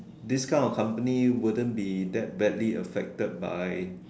this kind of company wouldn't be that badly affected by